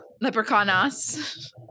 leprechauns